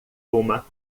uma